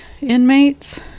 inmates